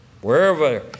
Wherever